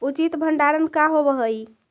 उचित भंडारण का होव हइ?